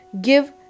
give